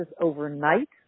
overnight